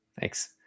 Thanks